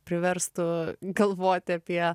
priverstų galvoti apie